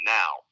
now